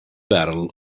battle